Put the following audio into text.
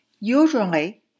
Usually